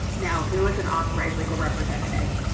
now who is an authorized legal representative?